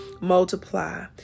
Multiply